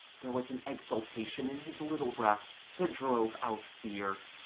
there was an exultation in his little breast that drove out fear.